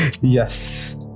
Yes